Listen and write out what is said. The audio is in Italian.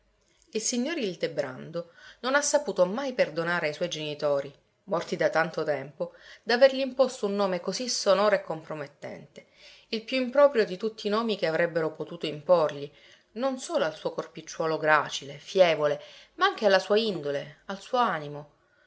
il signor ildebrando non ha saputo mai perdonare ai suoi genitori morti da tanto tempo d'avergli imposto un nome così sonoro e compromettente il più improprio di tutti i nomi che avrebbero potuto imporgli non solo ai suo corpicciuolo gracile fievole ma anche alla sua indole al suo animo